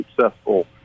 successful